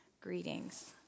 greetings